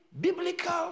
biblical